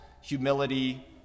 humility